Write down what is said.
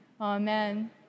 Amen